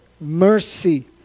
mercy